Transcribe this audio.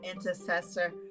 intercessor